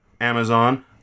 Amazon